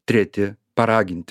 treti paragint